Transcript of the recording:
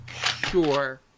Sure